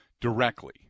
directly